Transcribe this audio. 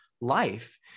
life